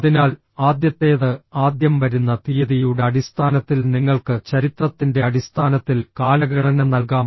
അതിനാൽ ആദ്യത്തേത് ആദ്യം വരുന്ന തീയതിയുടെ അടിസ്ഥാനത്തിൽ നിങ്ങൾക്ക് ചരിത്രത്തിന്റെ അടിസ്ഥാനത്തിൽ കാലഗണന നൽകാം